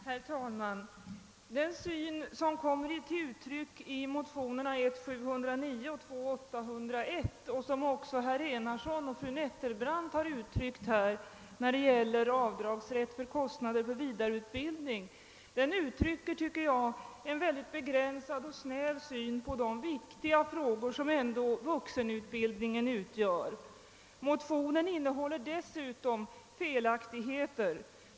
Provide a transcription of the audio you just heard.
Herr talman! Den syn som kommer till uttryck i motionerna I:709 och 11:801 och som även herr Enarsson och fru Nettelbrandt har givit uttryck åt, om avdragsrätt för kostnaden för vida reutbildning, tycker jag är en begränsad och snäv syn på de viktiga frågor som vuxenutbildningen ändå utgör. Motionerna innehåller dessutom felaktigheter.